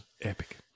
Epic